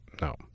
no